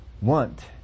want